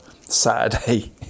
Saturday